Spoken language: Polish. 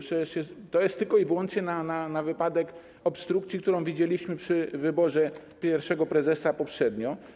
Przecież to jest tylko i wyłącznie na wypadek obstrukcji, którą widzieliśmy przy wyborze pierwszego prezesa poprzednio.